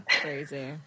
crazy